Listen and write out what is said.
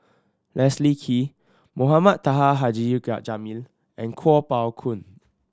Leslie Kee Mohamed Taha Haji Jamil and Kuo Pao Kun